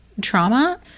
trauma